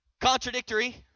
contradictory